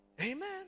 Amen